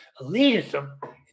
elitism